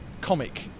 comic